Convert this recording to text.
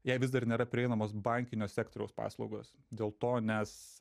jai vis dar nėra prieinamos bankinio sektoriaus paslaugos dėl to nes